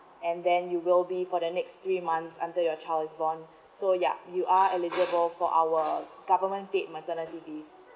and then you will be for the next three months under your child is born so ya you are eligible for our government paid maternity leave